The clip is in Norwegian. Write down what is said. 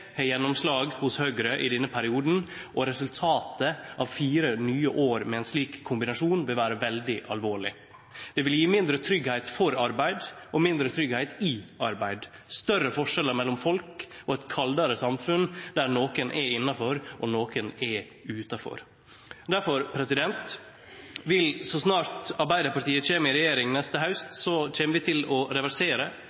fått gjennomslag hos Høgre i denne perioden, og resultatet av fire nye år med ein slik kombinasjon vil vere veldig alvorleg. Det vil gje mindre tryggleik for arbeid og mindre tryggleik i arbeid, større forskjellar mellom folk og eit kaldare samfunn der nokon er innanfor og nokon er utafor. Så snart Arbeidarpartiet kjem i regjering neste